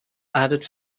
added